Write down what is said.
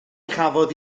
chafodd